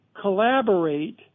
collaborate